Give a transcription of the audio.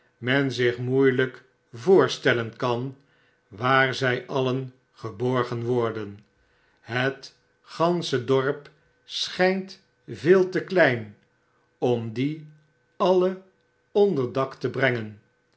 men zich moeielijk voorstellen kan waar zij alien geborgen worden het gansche dorp schijnt veel te klein om die alle onder dak te brengen